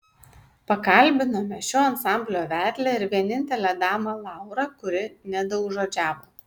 pakalbinome šio ansamblio vedlę ir vienintelę damą laurą kuri nedaugžodžiavo